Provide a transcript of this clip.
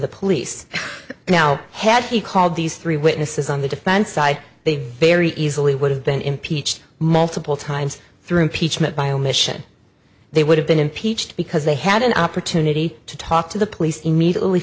the police now had he called these three witnesses on the defense side they very easily would have been impeached multiple times through pietschmann by omission they would have been impeached because they had an opportunity to talk to the police immediately